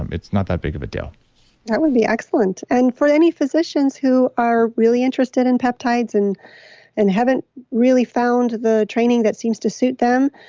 um it's not that big of a deal that would be excellent. and for any physicians who are really interested in peptides and and haven't really found the training that seems to suit them,